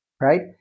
right